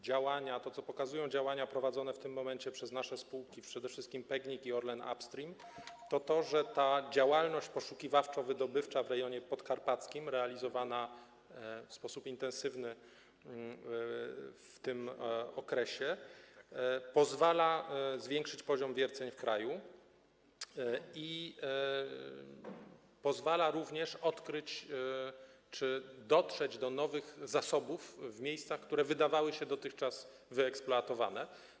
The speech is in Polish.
Działania prowadzone w tym momencie przez nasze spółki, przede wszystkim PGNiG i Orlen Upstream, pokazują, że ta działalność poszukiwawczo-wydobywcza w regionie podkarpackim realizowana w sposób intensywny w tym okresie pozwala zwiększyć poziom wierceń w kraju i pozwala również odkryć czy dotrzeć do nowych zasobów w miejscach, które wydawały się dotychczas wyeksploatowane.